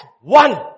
one